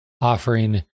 offering